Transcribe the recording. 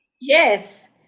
Yes